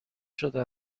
شده